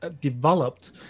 developed